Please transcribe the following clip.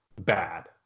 bad